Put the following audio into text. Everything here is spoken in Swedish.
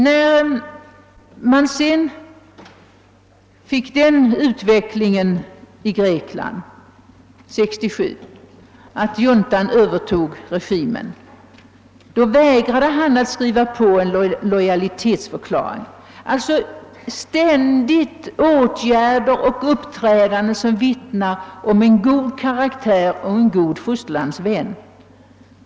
När sedan juntan övertog regimen i Grekland 1967, vägrade denne man att skriva på en lojalitetsförklaring. Han har alltså hela tiden handlat och uppträtt på ett sätt som vittnar om god karaktär och som visat att han är en god fosterlandsvän.